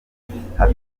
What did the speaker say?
gushingwa